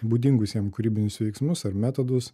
būdingus jam kūrybinius veiksmus ar metodus